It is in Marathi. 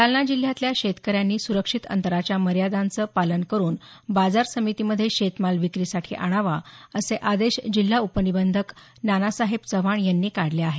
जालना जिल्ह्यातल्या शेतकऱ्यांनी सुरक्षित अंतराच्या मर्यादांचे पालन करून बाजार समितीमध्ये शेतमाल विक्रीसाठी आणावा असे आदेश जिल्हा उपनिबंधक नानासाहेब चव्हाण यांनी काढले आहेत